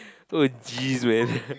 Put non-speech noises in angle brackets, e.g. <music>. so geez man <laughs>